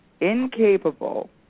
incapable